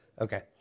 Okay